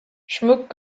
schmuck